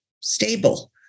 stable